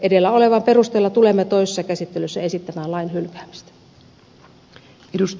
edellä olevan perusteella tulemme toisessa käsittelyssä esittämään lain hylkäämistä